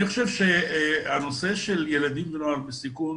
אני חושב שהנושא של ילדים ונוער בסיכון